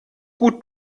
gut